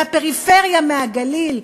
מהפריפריה, מהגליל,